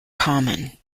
common